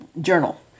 journal